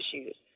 issues